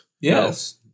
Yes